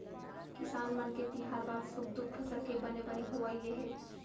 किसान मन के तिहार बार सुख दुख फसल के बने बने होवई ले हे